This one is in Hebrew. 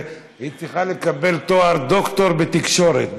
היא צריכה לקבל תואר דוקטור בתקשורת.